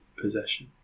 possession